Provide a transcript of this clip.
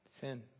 Sin